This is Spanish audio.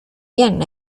bien